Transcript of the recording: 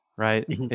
Right